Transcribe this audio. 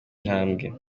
intambwe